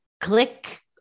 click